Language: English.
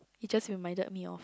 he just reminded me of